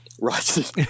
Right